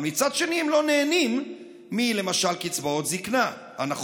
אבל מצד שני הם לא נהנים מקצבאות זקנה למשל,